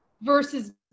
versus